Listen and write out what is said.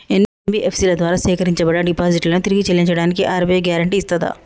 NBFC ల ద్వారా సేకరించబడ్డ డిపాజిట్లను తిరిగి చెల్లించడానికి ఆర్.బి.ఐ గ్యారెంటీ ఇస్తదా?